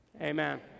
Amen